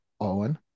Owen